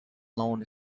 known